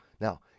Now